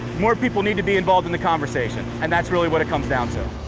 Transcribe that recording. more people need to be involved in the conversation, and that's really what it comes down to.